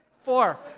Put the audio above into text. Four